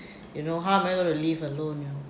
you know how am I going to live alone you know